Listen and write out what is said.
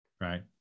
right